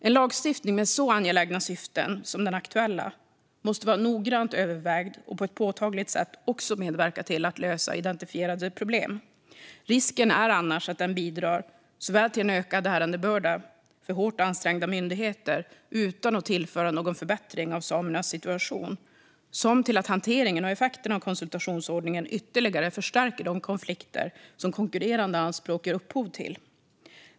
En lagstiftning med så angelägna syften som den aktuella måste vara noggrant övervägd och på ett påtagligt sätt medverka till att lösa identifierade problem. Risken är annars att den bidrar såväl till en ökad ärendebörda för hårt ansträngda myndigheter utan att tillföra någon förbättring av samernas situation som till att hanteringen och effekterna av konsultationsordningen ytterligare förstärker de konflikter som konkurrerande anspråk ger upphov till.